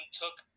took